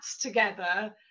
together